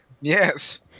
Yes